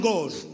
God